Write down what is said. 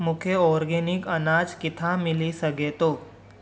मूंखे ऑर्गेनिक अनाज किथां मिली सघे थो